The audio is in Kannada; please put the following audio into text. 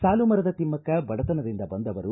ಸಾಲುಮರದ ತಿಮ್ನಕ್ಷ ಬಡತನದಿಂದ ಬಂದವರು